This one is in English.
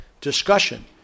discussion